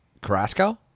Carrasco